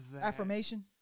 affirmation